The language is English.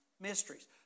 mysteries